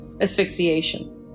asphyxiation